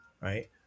right